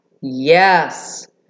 Yes